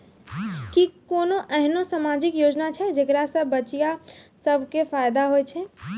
कि कोनो एहनो समाजिक योजना छै जेकरा से बचिया सभ के फायदा होय छै?